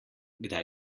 kdaj